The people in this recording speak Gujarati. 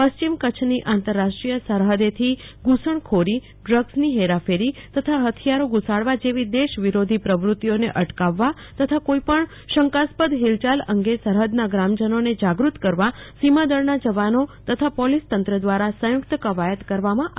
પશ્ચિમ કચ્છની આંતરરાષ્ટ્રીય સરહદેથી ઘુસણખોરી ડ્રગ્સની હેરાફેરી તથા હથિયારો ઘૂસાડવા જેવી દેશ વિરોધી પ્રવૃતિઓને અટકાવવા તથા કોઈપણ શંકાસ્પદ હિલચાલ અંગે સરહદના ગ્રામજનોને જાગૃત કરવા સીમાદળના જવાનો તથા પોલીસ તંત્ર દ્વારા સંયુક્ત કવાયત કરવામાં આવી હતી